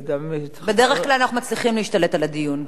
בדרך כלל אנחנו מצליחים להשתלט על הדיון.